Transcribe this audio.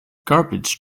garbage